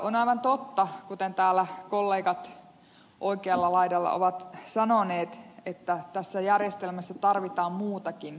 on aivan totta kuten täällä kollegat oikealla laidalla ovat sanoneet että tässä järjestelmässä tarvitaan muutakin korjausta